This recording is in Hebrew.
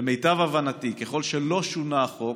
למיטב הבנתי, ככל שלא שונה החוק,